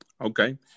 Okay